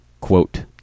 Quote